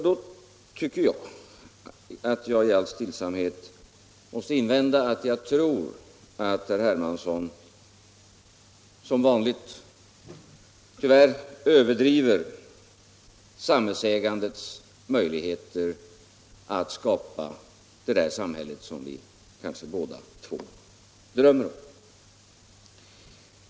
Då måste jag i all stillsamhet invända att jag tror att herr Hermansson — som vanligt, tyvärr — överdriver samhällsägandets möjligheter att skapa det där samhället som vi kanske båda två drömmer om.